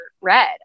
read